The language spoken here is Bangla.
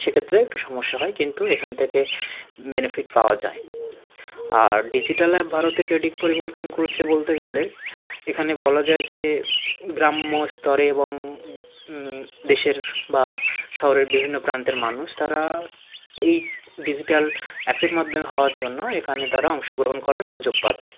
সেক্ষেত্রে একটু সমস্যা হয় কিন্তু এখান থেকে বেনিফিট পাওয়া যায় আর ডিজিটাল অ্যাপ ভারতে ট্রেডিং পরিবর্তন করেছে বলতে গেলে এখানে বলা যায় যে গ্রাম্যস্তরে এবং দেশের বা শহরের বিভিন্ন প্রান্তের মানুষ তারা এই ডিজিটাল অ্যাপের মাধ্যমে হওয়ার জন্য এখানে তারা অংশগ্রহণ করার সুযোগ পাচ্ছে